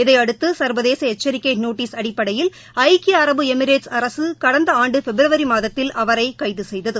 இதையடுத்து சர்வதேச எச்சரிக்கை நோட்டீஸ் அடிப்படையில் ஐக்கிய அரபு எமிரேட்ஸ் அரசு கடந்த ஆண்டு பிப்ரவரி மாதத்தில் அவரை கைது செய்தது